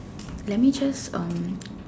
let me just um